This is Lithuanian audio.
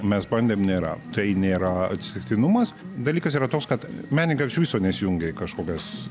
mes bandėm nėra tai nėra atsitiktinumas dalykas yra toks kad menininkai iš viso nesijungia į kažkokias